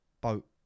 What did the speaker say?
Boat